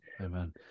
Amen